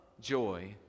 joy